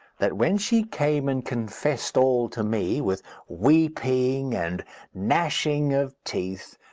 that when she came and confessed all to me, with weeping and gnashing of teeth,